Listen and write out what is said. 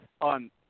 on